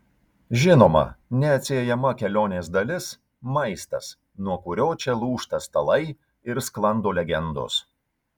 žinoma neatsiejama kelionės dalis maistas nuo kurio čia lūžta stalai ir sklando legendos